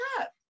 up